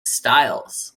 styles